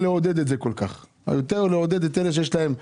באיזה כסף?